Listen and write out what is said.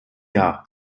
jahr